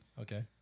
Okay